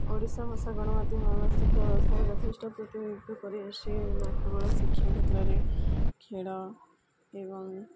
ଓଡ଼ିଶା ଭାଷା ଗଣମାଧ୍ୟମ ଏବଂ ଶିକ୍ଷା ବ୍ୟବସ୍ଥାରେ ଯଥେଷ୍ଟ ପ୍ରତିନିଧିତ୍ଵ କରିଆସିଛି ନା କେବଳ ଶିକ୍ଷା କ୍ଷେତ୍ରରେ ଖେଳ ଏବଂ